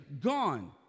gone